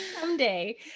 someday